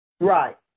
Right